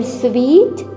sweet